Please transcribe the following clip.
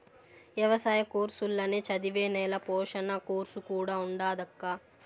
ఎవసాయ కోర్సుల్ల నే చదివే నేల పోషణ కోర్సు కూడా ఉండాదక్కా